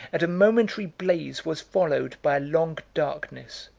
and a momentary blaze was followed by a long darkness.